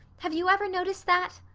have you ever noticed that?